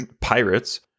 pirates